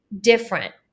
different